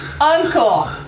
Uncle